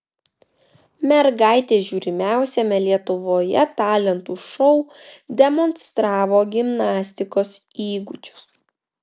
mergaitė žiūrimiausiame lietuvoje talentų šou demonstravo gimnastikos įgūdžius